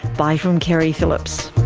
bye from keri phillips